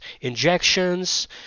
injections